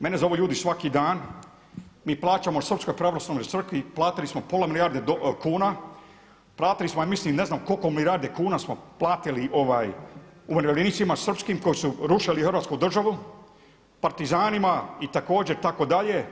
Mene zovu ljudi svaki dan, mi plaćamo srpskoj pravoslavnoj crkvi platili smo pola milijarde kuna, platili smo ja mislim ne znam koliko milijardi kuna smo platili umirovljenicima srpskim koji su rušili Hrvatsku državu, partizanima i također itd.